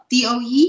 DOE